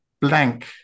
blank